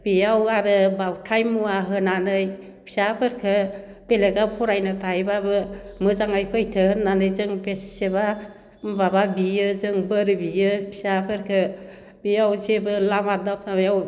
बेयाव आरो बाउथाय मुवा होनानै फिसाफोरखो बेलेगाव फरायनो थाहैब्लाबो मोजाङै फैथो होननानै जों बेसेबा माबा बियो जों बोर बियो फिसाफोरखो बेयाव जेबो लामा दथायाव